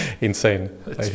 insane